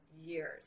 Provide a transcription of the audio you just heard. years